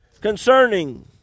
concerning